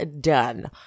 done